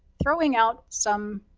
throwing out some